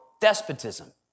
despotism